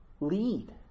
Lead